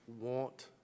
want